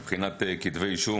מבחינת כתבי אישום,